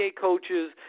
coaches